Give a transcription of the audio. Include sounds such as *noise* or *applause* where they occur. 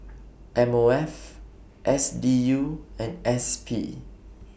*noise* M O F S D U and S P *noise*